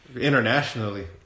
internationally